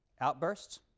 Outbursts